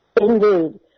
Indeed